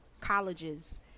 colleges